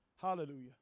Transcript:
Hallelujah